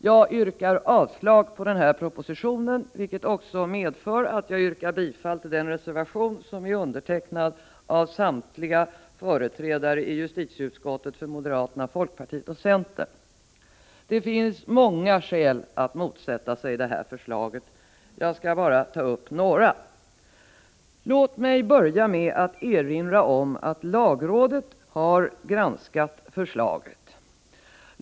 Jag yrkar avslag på den här propositionen, vilket också medför att jag yrkar bifall till den reservation som är undertecknad av samtliga företrädare i justitieutskottet för moderaterna, folkpartiet och centern. Det finns många skäl att motsätta sig det här förslaget, men jag skall bara ta upp några. Låt mig börja med att erinra om att lagrådet har granskat förslaget.